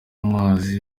amazi